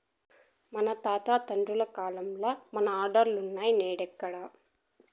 మా తాత తండ్రుల కాలంల మన ఆర్డర్లులున్నై, నేడెక్కడ